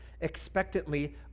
expectantly